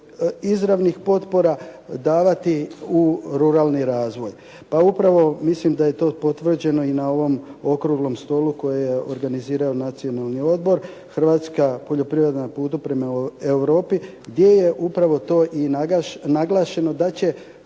izravnih potpora davati u ruralni razvoj, pa upravo mislim da je to potvrđeno i na ovom Okruglom stolu koje je organizirao Nacionalni odbor. Hrvatska poljoprivreda na putu prema Europi gdje je upravo to i naglašeno da će